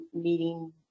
meeting